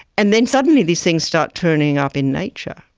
and then suddenly these things start turning up in nature.